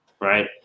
right